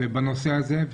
בנושא הזה.